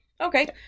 Okay